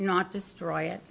not destroy it